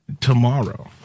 tomorrow